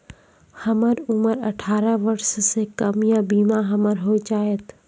हमर उम्र अठारह वर्ष से कम या बीमा हमर हो जायत?